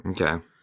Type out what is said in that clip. okay